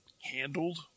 handled